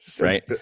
Right